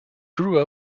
grew